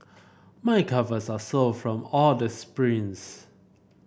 my calves are sore from all the sprints